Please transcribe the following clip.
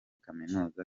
kaminuza